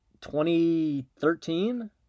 2013